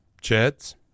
Jets